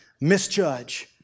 misjudge